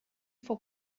vor